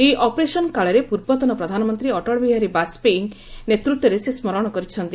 ଏହି ଅପରେସନ୍ କାଳରେ ପୂର୍ବତନ ପ୍ରଧାନମନ୍ତ୍ରୀ ଅଟଳ ବିହାରୀ ବାଜପେୟୀ ନେତୃତ୍ୱର ସେ ସ୍କରଣ କରିଛନ୍ତି